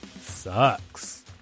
sucks